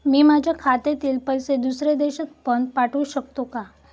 मी माझ्या खात्यातील पैसे दुसऱ्या देशात पण पाठवू शकतो का?